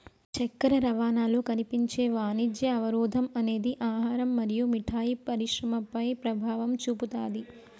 చక్కెర రవాణాలో కనిపించే వాణిజ్య అవరోధం అనేది ఆహారం మరియు మిఠాయి పరిశ్రమపై ప్రభావం చూపుతాది